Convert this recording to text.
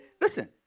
listen